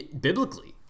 Biblically